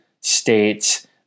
states